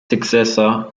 successor